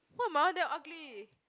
why my one damn ugly